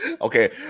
okay